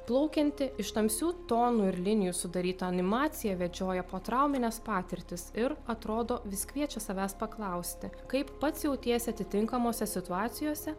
plaukianti iš tamsių tonų ir linijų sudaryta animacija vedžioja po traumines patirtis ir atrodo vis kviečia savęs paklausti kaip pats jautiesi atitinkamose situacijose